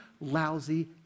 lousy